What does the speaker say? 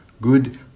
good